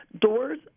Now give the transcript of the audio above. Doors